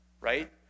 right